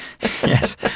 Yes